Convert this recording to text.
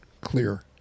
clear